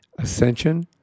ascension